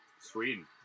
Sweden